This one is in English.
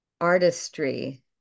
artistry